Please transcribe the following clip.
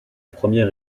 première